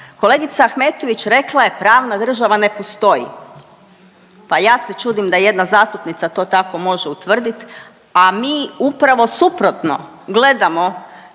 Kolegica Ahmetović rekla je „pravna država ne postoji“. Pa ja se čudim da jedna zastupnica to tako može utvrdit, a mi upravo suprotno gledamo